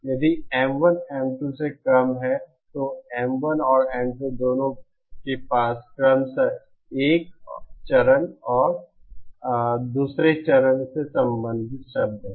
यदि M1 M2 से कम है तो M1 और M2 दोनों के पास क्रमशः 1 चरण और 2 वें चरण से संबंधित शब्द हैं